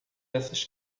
essas